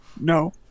No